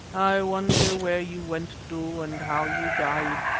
i wonder where you went to and how you died.